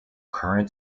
current